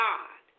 God